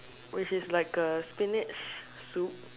which is like a spinach soup